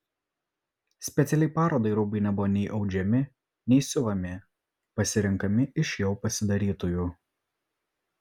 specialiai parodai rūbai nebuvo nei audžiami nei siuvami pasirenkami iš jau pasidarytųjų